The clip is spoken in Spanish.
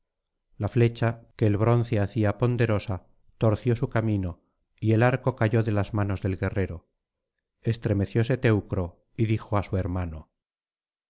la flecha que el bronce hacía ponderosa torció su camino y el arco cayó de las manos del guerrero estremecióse teucro y dijo á su hermano